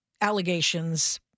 allegations